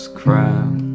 crown